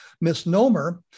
misnomer